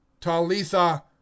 Talitha